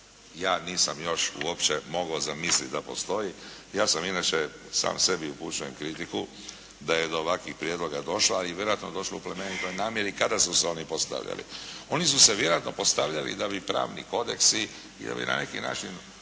ja nisam još uopće mogao zamisliti da postoji. Ja sam inače sam sebi upućujem kritiku da je do ovakvih prijedloga došlo, a i vjerojatno je došlo u plemenitoj namjeri kada su se oni postavljali. Oni su se vjerojatno postavljali da bi pravni kodeksi i da bi na neki način